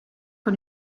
con